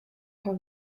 her